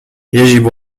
يجب